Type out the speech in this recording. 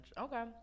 okay